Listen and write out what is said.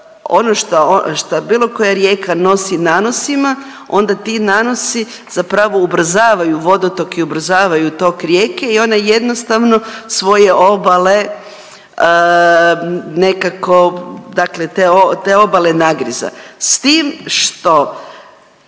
ono što bilo koja rijeka nosi nanosima, onda ti nanosi zapravo ubrzavaju vodotok i ubrzavaju tok rijeke i ona jednostavno svoje obale nekako dakle te obale nagriza s tim što